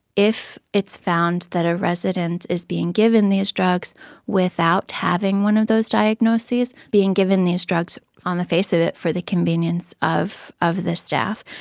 if it's found that a resident is being given these drugs without having one of those diagnoses, being given these drugs, on the face of it, for the convenience of of the staff,